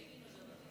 בגין או ז'בוטינסקי?